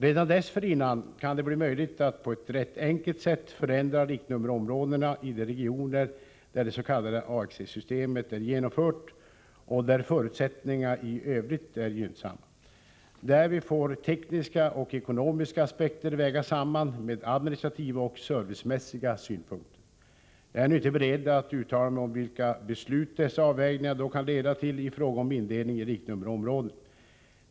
Redan dessförinnan kan det bli möjligt att på ett rätt enkelt sätt förändra riktnummerområdena i de regioner där dets.k. AXE-systemet är genomfört och där förutsättningarna i övrigt är gynnsamma. Därvid får tekniska och ekonomiska aspekter vägas samman med administrativa och servicemässiga synpunkter. Jag är nu inte beredd att uttala mig om vilka beslut dessa avvägningar då kan leda till i fråga om indelningen i riktnummerområden.